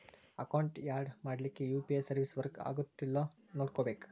account add ಮಾಡ್ಲಿಕ್ಕೆ UPI service work ಆಗತ್ತೇಲ್ಲೋ ನೋಡ್ಕೋಬೇಕ್